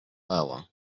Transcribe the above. hour